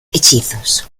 hechizos